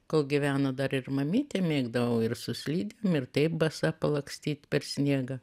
kol gyveno dar ir mamytė mėgdavau ir su slidėm ir taip basa palakstyt per sniegą